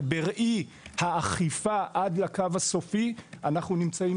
אבל בראי האכיפה עד לקו הסופי אנחנו נמצאים